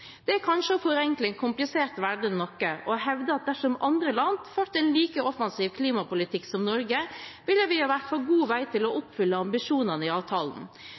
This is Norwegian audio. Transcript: Det er kanskje å forenkle en komplisert verden noe å hevde at dersom andre land førte en like offensiv klimapolitikk som Norge, ville vi vært på god vei til å oppfylle ambisjonene i avtalen.